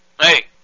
Hey